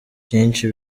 byinshi